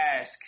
ask